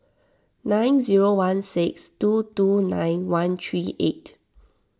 nine zero one six two two nine one three eight